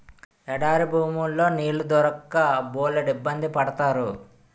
ఎడారి భూముల్లో నీళ్లు దొరక్క బోలెడిబ్బంది పడతారు